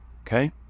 Okay